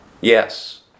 Yes